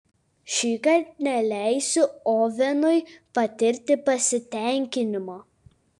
šįkart neleisiu ovenui patirti pasitenkinimo